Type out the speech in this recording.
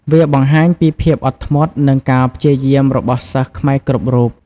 វាបង្ហាញពីភាពអត់ធ្មត់និងការព្យាយាមរបស់សិស្សខ្មែរគ្រប់រូប។